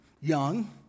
young